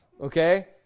Okay